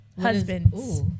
husbands